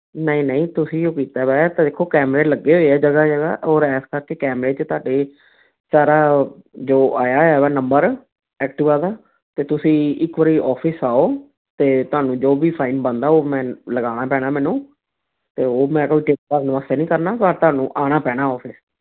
ਨਹੀਂ ਨਹੀਂ ਤੁਸੀਂ ਓਹ ਕੀਤਾ ਵੈ ਤਾਂ ਦੇਖੋ ਕੈਮਰੇ ਲੱਗੇ ਹੋਏ ਆ ਜਗ੍ਹਾ ਜਗ੍ਹਾ ਔਰ ਇਸ ਕਰਕੇ ਕੈਮਰੇ 'ਚ ਤੁਹਾਡੇ ਸਾਰਾ ਜੋ ਆਇਆ ਆ ਨੰਬਰ ਐਕਟਿਵਾ ਦਾ ਅਤੇ ਤੁਸੀਂ ਇੱਕ ਵਾਰੀ ਔਫਿਸ ਆਓ ਅਤੇ ਤੁਹਾਨੂੰ ਜੋ ਵੀ ਫਾਈਨ ਬਣਦਾ ਉਹ ਮੈਂ ਲਗਾਉਣਾ ਪੈਣਾ ਮੈਨੂੰ ਅਤੇ ਉਹ ਮੈਂ ਕੋਈ ਟਿਪ ਭਰਨ ਵਾਸਤੇ ਨਹੀਂ ਕਰਨਾ ਪਰ ਤੁਹਾਨੂੰ ਆਉਣਾ ਪੈਣਾ ਔਫਿਸ